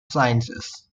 sciences